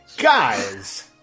Guys